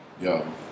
Yo